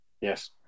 Yes